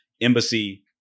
embassy